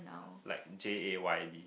like Jay D